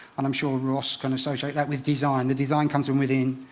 and i'm sure ross can associate that with design. the design comes from within.